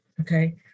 Okay